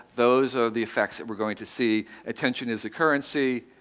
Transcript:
those are the effects that we're going to see. attention is the currency.